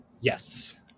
Yes